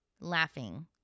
laughing